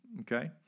Okay